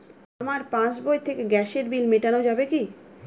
আমার পাসবই থেকে গ্যাসের বিল মেটানো যাবে কি?